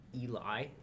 Eli